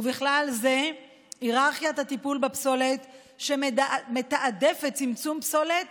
ובכלל זה היררכיית טיפול בפסולת שמתעדפת צמצום פסולת